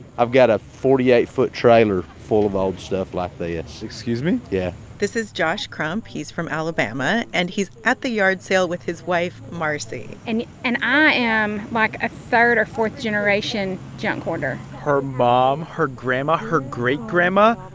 i've got a forty eight foot trailer full of old stuff like this excuse me? yeah this is josh crump. he's from alabama. and he's at the yard sale with his wife, marcie and and i am, like, a third or fourth-generation junk hoarder her mom, her grandma, her great-grandma,